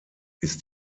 ist